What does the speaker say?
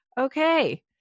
Okay